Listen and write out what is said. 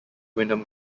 windham